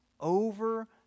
over